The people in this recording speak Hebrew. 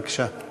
בבקשה.